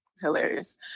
Hilarious